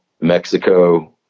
mexico